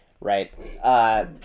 Right